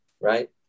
right